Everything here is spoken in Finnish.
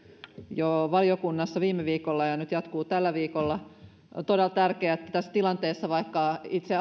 jo viime viikolla ja nyt jatkuu tällä viikolla on todella tärkeää että tässä tilanteessa vaikka itse